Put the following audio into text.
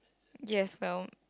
yes well